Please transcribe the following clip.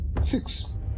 Six